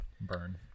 burn